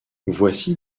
voici